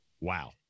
Wow